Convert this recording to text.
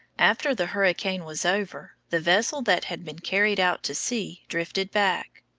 after the hurricane was over, the vessel that had been carried out to sea drifted back.